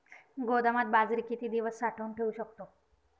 गोदामात बाजरी किती दिवस साठवून ठेवू शकतो?